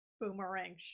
boomerang